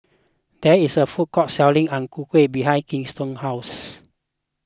there is a food court selling Ang Ku Kueh behind Kenton's house